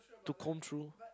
to comb through